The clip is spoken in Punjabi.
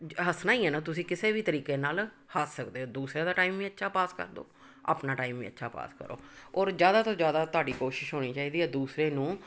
ਹੱਸਣਾ ਹੀ ਹੈ ਨਾ ਤੁਸੀਂ ਕਿਸੇ ਵੀ ਤਰੀਕੇ ਨਾਲ ਹੱਸ ਸਕਦੇ ਹੋ ਦੂਸਰਿਆਂ ਦਾ ਟਾਈਮ ਵੀ ਅੱਛਾ ਪਾਸ ਕਰ ਦਿਉ ਆਪਣਾ ਟਾਈਮ ਵੀ ਅੱਛਾ ਪਾਸ ਕਰੋ ਔਰ ਜ਼ਿਆਦਾ ਤੋਂ ਜ਼ਿਆਦਾ ਤੁਹਾਡੀ ਕੋਸ਼ਿਸ਼ ਹੋਣੀ ਚਾਹੀਦੀ ਹੈ ਦੂਸਰੇ ਨੂੰ